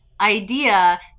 idea